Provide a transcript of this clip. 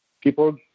People